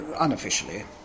unofficially